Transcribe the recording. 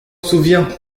souvient